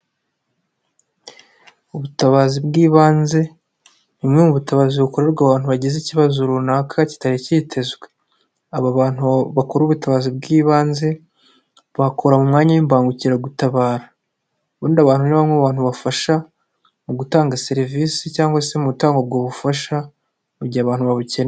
Ubutabazi bw'ibanze ni bumwe mu butabazi bukorerwa abantu bagize ikibazo runaka kitari kitezwe, aba bantu bakora ubutabazi bw'ibanze bakora mu mwanya w'imbangukiragutabara, ubundi aba bantu ni bamwe mu bantu bafasha mu gutanga serivisi cyangwa se mu gutanga ubwo bufasha mu gihe abantu babukeneye.